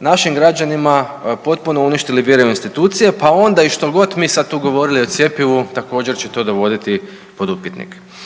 našim građanima potpuno uništili vjeru u institucije, pa onda i što god mi sad tu govorili o cjepivu također će to dovoditi pod upitnik.